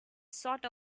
sought